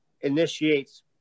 initiates